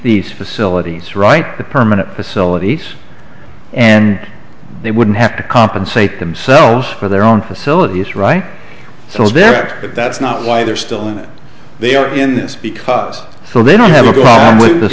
these facilities right the permanent facilities and they wouldn't have to compensate them so for their own facility it's right so it's there but that's not why they're still in it they are in this because so they don't have a problem with th